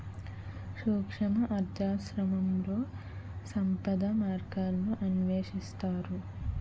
సూక్ష్మ అర్థశాస్త్రంలో సంపద మార్గాలను అన్వేషిస్తారు